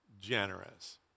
generous